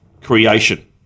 creation